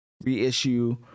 reissue